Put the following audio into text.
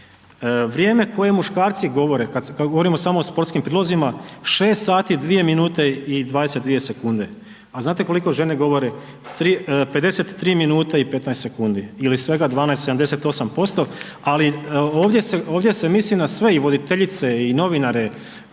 vrijeme koje muškarci govore, kad govorimo samo o sportskim prilozima, 6 sati, 2 minute i 22 sekunde, a znate koliko žene govore? 53 minute i 15 sekunde ili svega 12,78%, ali ovdje se misli na sve i voditeljice i novinare.